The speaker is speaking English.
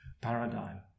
paradigm